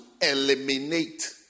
eliminate